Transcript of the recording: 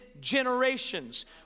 generations